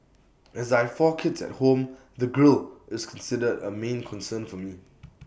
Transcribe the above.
as I four kids at home the grille is considered A main concern for me